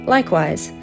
Likewise